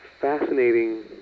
Fascinating